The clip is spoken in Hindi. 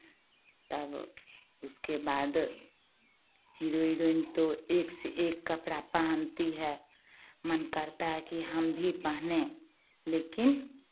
तब उसके बाद हीरो हिरोइन तो एक से एक कपड़ा पहनती है मन करता है कि हम भी पहने लेकिन